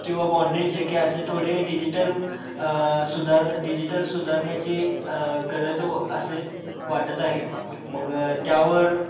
किंवा बाँड्रीचे की असे थोडे डिजिटल सुधार डिजिटल सुधारण्याची गरज व असे वाटत आहे मग त्यावर